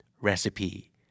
Recipe